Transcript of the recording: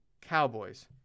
Cowboys